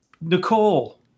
Nicole